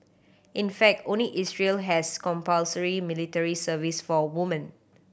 in fact only Israel has compulsory military service for women